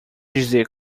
dizer